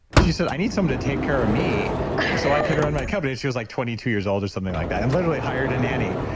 she said, i need someone to take care of me so i could run my company. she was like twenty two years old or something like that and literally hired a nanny.